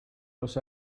los